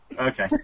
Okay